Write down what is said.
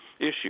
issue